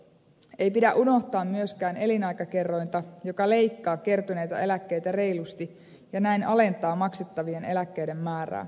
ei pidä unohtaa myöskään elinaikakerrointa joka leikkaa kertyneitä eläkkeitä reilusti ja näin alentaa maksettavien eläkkeiden määrää